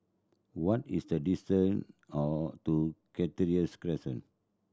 what is the distant to Cactus Crescent